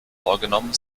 vorgenommen